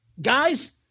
guys